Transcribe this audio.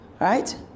Right